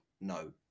No